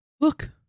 look